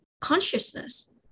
consciousness